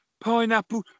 pineapple